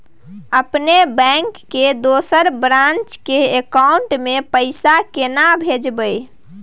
अपने बैंक के दोसर ब्रांच के अकाउंट म पैसा केना भेजबै?